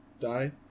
Die